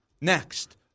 next